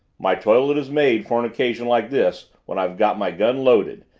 my toilet is made for an occasion like this when i've got my gun loaded,